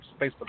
Facebook